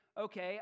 okay